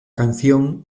canción